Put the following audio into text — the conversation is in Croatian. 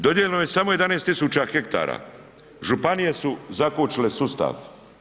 Dodijeljeno je samo 11.000 hektara, županije su zakočile sustav.